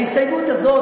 ההסתייגות הזאת,